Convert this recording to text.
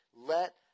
let